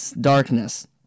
darkness